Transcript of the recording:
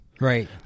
Right